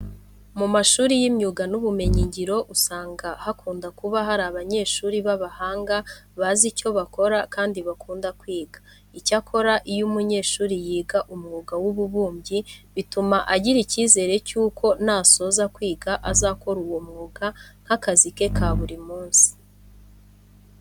Mu mashuri y'imyuga n'ubumenyingiro usanga hakunda kuba hari abanyeshuri b'abahanga bazi icyo bakora kandi bakunda kwiga. Icyakora iyo umunyeshuri yiga umwuga w'ububumbyi bituma agira icyizere cyuko nasoza kwiga azakora uwo mwuga nk'akazi ke ka buri munsi.